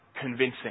convincing